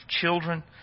children